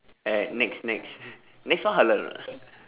at nex nex nex one halal [what]